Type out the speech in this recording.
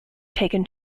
taken